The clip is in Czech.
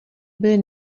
byly